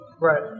Right